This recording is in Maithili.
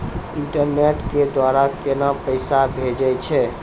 इंटरनेट के द्वारा केना पैसा भेजय छै?